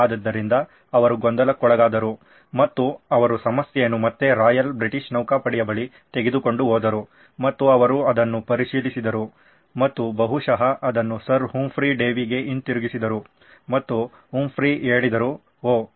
ಆದ್ದರಿಂದ ಅವರು ಗೊಂದಲಕ್ಕೊಳಗಾದರು ಮತ್ತು ಅವರು ಸಮಸ್ಯೆಯನ್ನು ಮತ್ತೆ ರಾಯಲ್ ಬ್ರಿಟಿಷ್ ನೌಕಾಪಡೆ ಬಳಿಗೆ ತೆಗೆದುಕೊಂಡು ಹೋದರು ಮತ್ತು ಅವರು ಅದನ್ನು ಪರಿಶೀಲಿಸಿದರು ಮತ್ತು ಬಹುಶಃ ಅದನ್ನು ಸರ್ ಹುಂಫ್ರಿ ಡೇವಿಗೆ ಹಿಂತಿರುಗಿಸಿದರು ಮತ್ತು ಹುಂಫ್ರಿ ಹೇಳಿದರು ಓಹ್